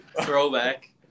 Throwback